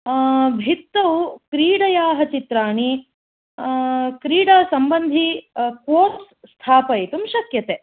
भित्तौ क्रीडया चित्राणि क्रीडासम्बन्धी पोस्ट् स्थापयितुं शक्यते